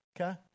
okay